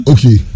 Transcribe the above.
Okay